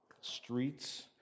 streets